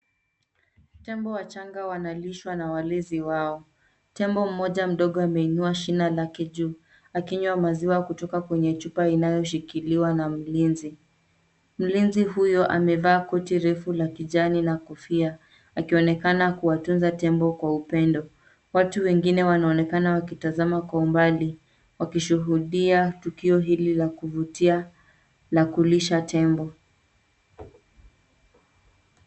Tembo wachanga wanalishwa na walezi wao. Tembo mmoja mdogo ameinua shina lake juu, akinywa maziwa kutoka kwenye chupa inayoshikiliwa na mlinzi. Mlinzi huyo amevaa koti refu la kijani na kofia, akionekana kuwatunza tembo kwa upendo. Watu wengine wanaonekana wakitazama kwa umbali, wakishuhudia tukio hili la kuvutia la kulisha tembo.